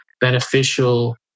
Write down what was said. beneficial